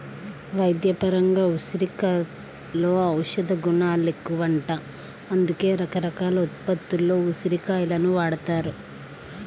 వైద్యపరంగా ఉసిరికలో ఔషధగుణాలెక్కువంట, అందుకే రకరకాల ఉత్పత్తుల్లో ఉసిరి కాయలను వాడతారు